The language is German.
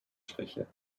spreche